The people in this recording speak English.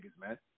man